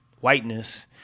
whiteness